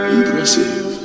Impressive